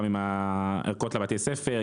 גם עם הערכות לבתי הספר,